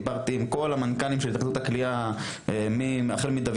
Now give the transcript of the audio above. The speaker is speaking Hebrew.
דיברתי עם כל המנכ"לים של התאחדות הקליעה,